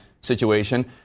situation